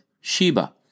Sheba